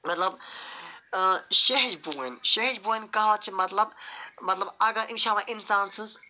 مَطلَب شٕہٕج بوٗنۍ شٕہٕج بوٗنۍ کہاوت چھِ مَطلَب مَطلَب أمس چھِ ہاوان اِنسان سٕنٛز